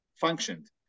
functioned